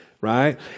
Right